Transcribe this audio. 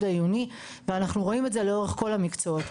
העיוני ואנחנו רואים את זה לאורך כל המקצועות.